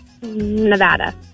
Nevada